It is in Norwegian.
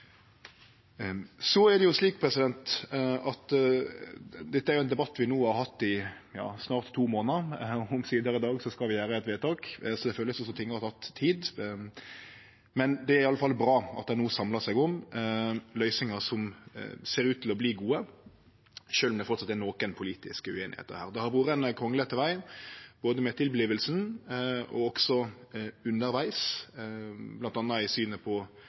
Dette er ein debatt vi har hatt no i snart to månader, og i dag skal vi omsider gjere eit vedtak. Så ting har tatt tid, men det er iallfall bra at ein no samlar seg om løysingar som ser ut til å verte gode, sjølv om det framleis er noko politisk ueinigheit her. Det har vore ein kranglete veg, både med tilvertinga og undervegs, bl.a. i synet på